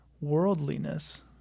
worldliness